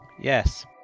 Yes